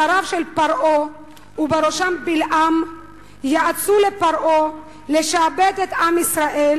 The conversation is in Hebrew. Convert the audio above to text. שריו של פרעה ובראשם בלעם יעצו לפרעה לשעבד את עם ישראל,